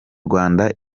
rwanda